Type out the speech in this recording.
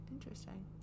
interesting